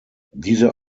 dieser